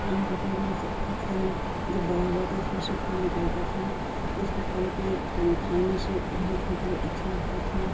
आम के पेड़ में से फल जब बड़ा हुआ तो उसमें से फल निकलता था उसको फल के खाने से बहुत हमको अच्छा लगता था